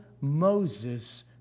Moses